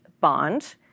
bond